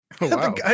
Wow